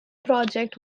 project